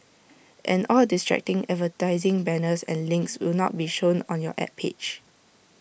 and all distracting advertising banners and links will not be shown on your Ad page